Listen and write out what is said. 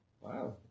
Wow